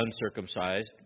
uncircumcised